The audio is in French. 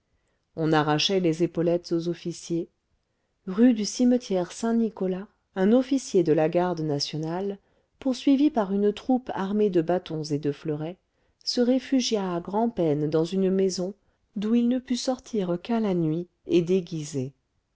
on arrachait les épaulettes aux officiers rue du cimetière saint nicolas un officier de la garde nationale poursuivi par une troupe armée de bâtons et de fleurets se réfugia à grand'peine dans une maison d'où il ne put sortir qu'à la nuit et déguisé